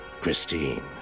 Christine